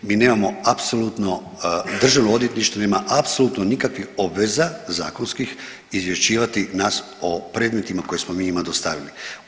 Mi nemamo apsolutno, Državno odvjetništvo nema apsolutno nikakvih obveza zakonskih izvješćivati nas o predmetima koje smo mi njima dostavili.